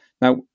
now